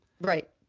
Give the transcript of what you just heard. Right